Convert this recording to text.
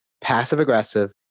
passive-aggressive